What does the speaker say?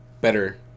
better